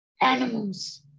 animals